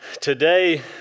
Today